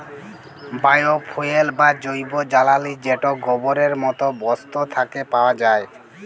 bio fuel বা জৈব জ্বালালী যেট গোবরের মত বস্তু থ্যাকে পাউয়া যায়